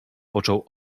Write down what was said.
począł